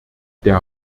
der